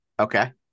Okay